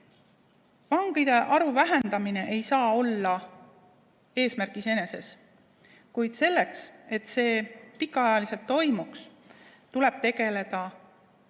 Vangide arvu vähendamine ei saa olla eesmärk iseeneses, kuid selleks, et see pikaajaliselt toimuks, tuleb tegeleda